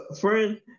friend